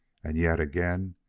and yet again,